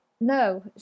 no